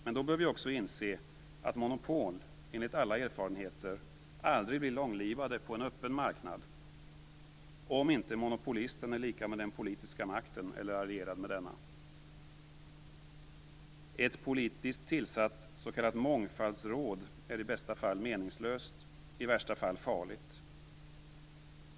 Men då bör vi också inse att monopol enligt alla erfarenheter aldrig blir långlivade på en öppen marknad, om inte monopolisten är lika med den politiska makten eller är allierad med denna. Ett politiskt tillsatt "mångfaldsråd" är i bästa fall meningslöst, i värsta fall farligt.